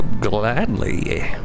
Gladly